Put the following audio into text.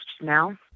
now